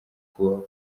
kubaho